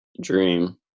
dream